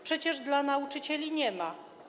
Przecież dla nauczycieli nie ma.